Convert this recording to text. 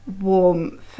warmth